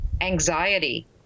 anxiety